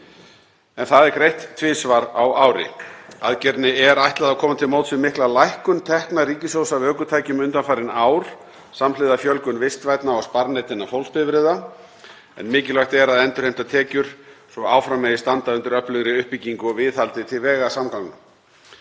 en það er greitt tvisvar á ári. Aðgerðinni er ætlað að koma til móts við mikla lækkun tekna ríkissjóðs af ökutækjum undanfarin ár samhliða fjölgun vistvænna og sparneytinna fólksbifreiða, en mikilvægt er að endurheimta tekjur svo áfram megi standa undir öflugri uppbyggingu og viðhaldi til vegasamgangna.